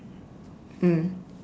mm